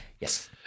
Yes